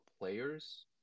players